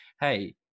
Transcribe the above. Hey